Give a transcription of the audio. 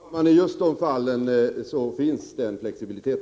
Fru talman! I just de fallen finns denna flexibilitet.